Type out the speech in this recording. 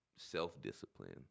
self-discipline